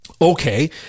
Okay